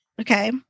Okay